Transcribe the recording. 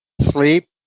Sleep